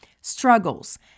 Struggles